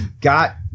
got